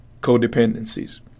codependencies